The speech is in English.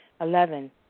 Eleven